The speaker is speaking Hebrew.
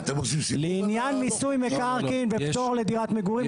לעניין מיסוי מקרקעין ופטור לדירת מגורים,